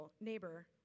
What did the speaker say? neighbor